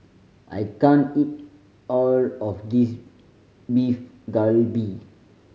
I can't eat all of this Beef Galbi